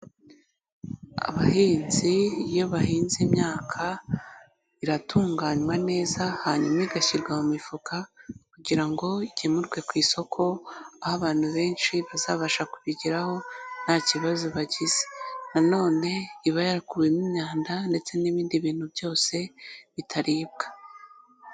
Abahinzi iyo bahinze imyaka iratunganywa neza hanyuma igashyirwa mu mifuka kugira ngo igemurwe ku isoko aho abantu benshi bazabasha kubigeraho nta kibazo bagize, nanone iba yarakuwemo imyanda ndetse n'ibindi bintu byose bitaribwa.